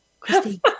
Christy